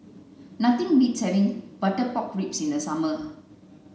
nothing beats having butter pork ribs in the summer